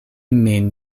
min